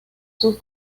sus